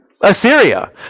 Assyria